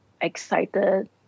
excited